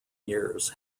years